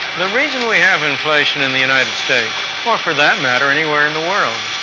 the reason we have inflation in the united states, or for that matter anywhere in the world,